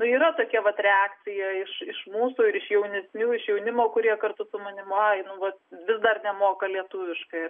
nu yra tokia vat reakcija iš iš mūsų ir iš jaunesniųjų iš jaunimo kurie kartu su manimi ai nu vat vis dar nemoka lietuviškai